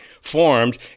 formed